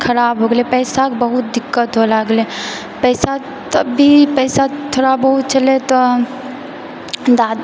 खराब हो गेलै पैसाके बहुत दिक्कत हुए लागलै पैसा तब भी पैसा थोड़ा बहुत छलै तऽ हम दादी